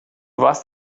warst